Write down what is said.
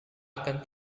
akan